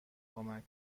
کمک